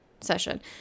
session